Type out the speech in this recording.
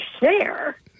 share